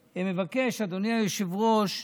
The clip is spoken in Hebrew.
מבקש, אדוני היושב-ראש,